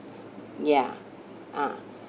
ya ah